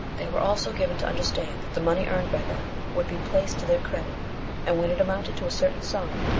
they were also given to understand that the money earned by them would be placed to their credit and when it amounted to a certain sum,